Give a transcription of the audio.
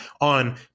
on